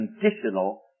conditional